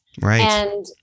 Right